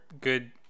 good